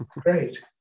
great